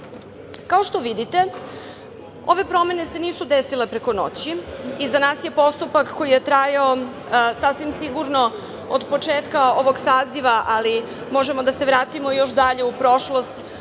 što vidite, ove promene se nisu desile preko noći. Iza nas je postupak koji je trajao sasvim sigurno od početka ovog saziva, ali možemo da se vratimo još dalje u prošlost,